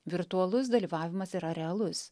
virtualus dalyvavimas yra realus